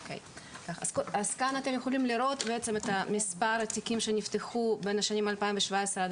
כאן אתם יכולים לראות את מספר התיקים שנפתחו בין השנים 2017 עד